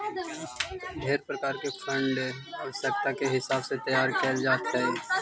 ढेर प्रकार के फंड आवश्यकता के हिसाब से तैयार कैल जात हई